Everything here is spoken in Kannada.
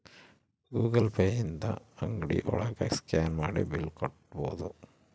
ಗೂಗಲ್ ಪೇ ಇಂದ ಅಂಗ್ಡಿ ಒಳಗ ಸ್ಕ್ಯಾನ್ ಮಾಡಿ ಬಿಲ್ ಕಟ್ಬೋದು